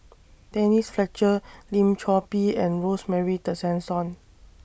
Denise Fletcher Lim Chor Pee and Rosemary Tessensohn